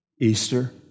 Easter